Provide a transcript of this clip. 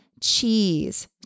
cheese